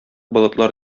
болытлар